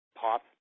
pop